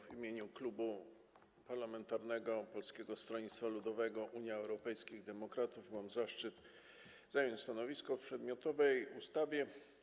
W imieniu Klubu Poselskiego Polskiego Stronnictwa Ludowego - Unii Europejskich Demokratów mam zaszczyt zająć stanowisko w przedmiotowej sprawie.